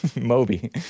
Moby